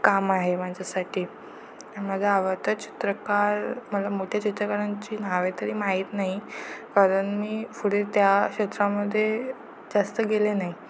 काम आहे माझ्यासाठी माझा आवडता चित्रकार मला मोठ्या चित्रकारांची नावे तरी माहीत नाही कारण मी पुढे त्या क्षेत्रामध्ये जास्त गेले नाही